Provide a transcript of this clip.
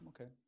Okay